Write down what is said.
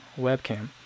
webcam